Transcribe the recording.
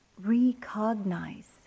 recognize